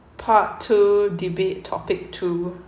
part two debate topic two